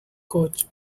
coach